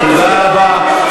תודה רבה.